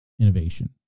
innovation